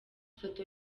ifoto